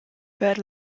per